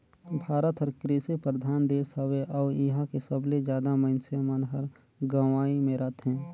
भारत हर कृसि परधान देस हवे अउ इहां के सबले जादा मनइसे मन हर गंवई मे रथें